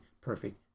perfect